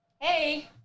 Hey